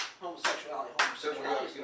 homosexuality